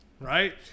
right